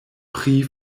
pri